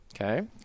Okay